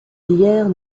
lierre